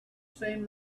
seen